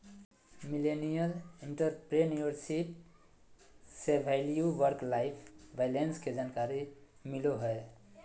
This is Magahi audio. मिलेनियल एंटरप्रेन्योरशिप से वैल्यू वर्क लाइफ बैलेंस के जानकारी मिलो हय